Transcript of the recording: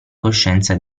coscienza